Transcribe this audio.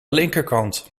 linkerkant